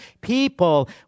people